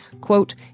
quote